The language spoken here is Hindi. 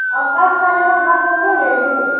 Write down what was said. अब दस करे हों दस पूरे लेगी